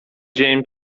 dzień